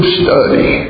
study